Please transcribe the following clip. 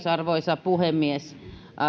arvoisa puhemies